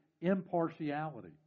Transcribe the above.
impartiality